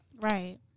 Right